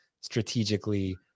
strategically